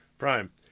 Prime